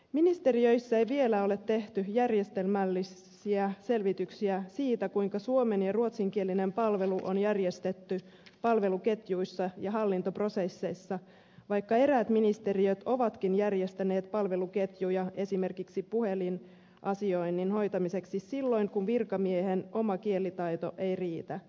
ministeriöissä ei vielä ole tehty järjestelmällisiä selvityksiä siitä kuinka suomen ja ruotsinkielinen palvelu on järjestetty palveluketjuissa ja hallintoprosesseissa vaikka eräät ministeriöt ovatkin järjestäneet palveluketjuja esimerkiksi puhelinasioinnin hoitamiseksi silloin kun virkamiehen oma kielitaito ei riitä